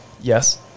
Yes